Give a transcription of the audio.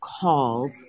called